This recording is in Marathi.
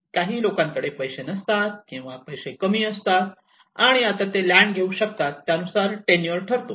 काही लोकांकडे पैसे नसतात किंवा कमी पैसे असतात आणि आता ते लँड घेऊ शकतात आणि त्यानुसार टेनुरे ठरतो